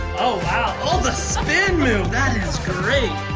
oh, wow, oh, the spin move! that is great!